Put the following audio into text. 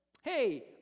Hey